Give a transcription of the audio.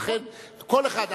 ולכן כל אחד,